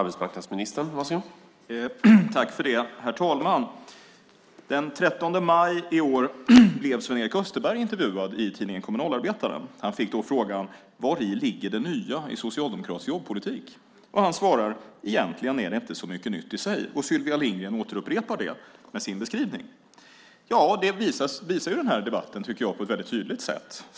Herr talman! Den 13 maj i år blev Sven-Erik Österberg intervjuad i tidningen Kommunalarbetaren. Han fick då frågan: Vari ligger det nya i socialdemokratisk jobbpolitik? Han svarar: Egentligen är det inte så mycket nytt i sig. Sylvia Lindgren återupprepar det med sin beskrivning. Det visar den här debatten på ett tydligt sätt, tycker jag.